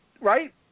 right